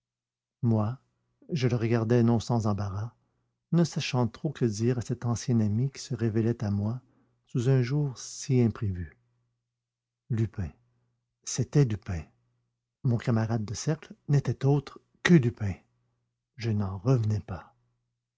moi je le regardais non sans embarras ne sachant trop que dire à cet ancien ami qui se révélait à moi sous un jour si imprévu lupin c'était lupin mon camarade de cercle n'était autre que lupin je n'en revenais pas